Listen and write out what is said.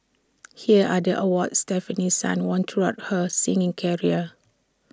here are the awards Stefanie sun won throughout her singing career